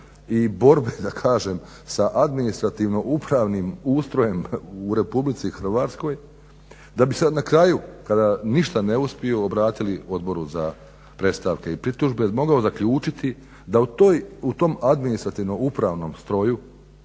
i borbe sa administrativno-upravnim ustrojem u Republici Hrvatskoj, da bi sad na kraju kada ništa ne uspiju obratili Odboru za predstavke i pritužbe mogao zaključiti da u tom administrativno-upravnom stroju